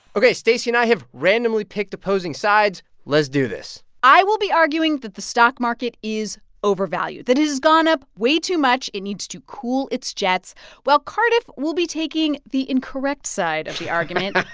ok. stacey and i have randomly picked opposing sides. let's do this i will be arguing that the stock market is overvalued that it has gone up way too much. it needs to cool its jets while cardiff will be taking the incorrect side of the argument.